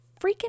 freaking